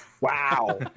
Wow